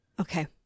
Okay